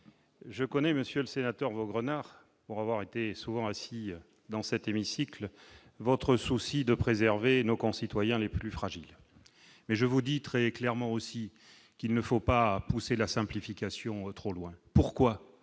je connais, monsieur le sénateur, Vaugrenard pour avoir été souvent assis dans cet hémicycle, votre souci de préserver nos concitoyens les plus fragiles, mais je vous dis très clairement aussi qu'il ne faut pas pousser la simplification trop loin, pourquoi